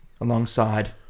alongside